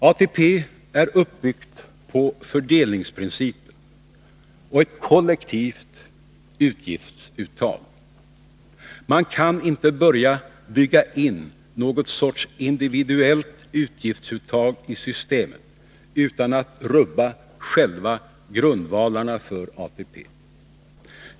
ATP är uppbyggt på fördelningsprincipen och ett kollektivt utgiftsuttag. 155 Man kan inte börja bygga in någon sorts individuellt utgiftsuttag i systemet utan att rubba själva grundvalarna för ATP.